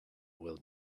will